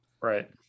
right